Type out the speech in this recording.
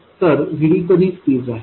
तर VD कधी स्थिर राहील